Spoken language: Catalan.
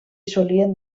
solien